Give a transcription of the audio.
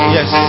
Yes